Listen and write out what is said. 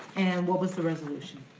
and what was the resolution?